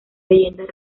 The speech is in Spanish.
leyendas